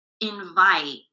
invite